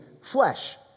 flesh